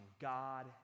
God